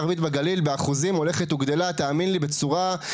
ההתיישבות הערבית בגליל באחוזים הולכת וגדלה תאמין לי בצורה יפה מאוד.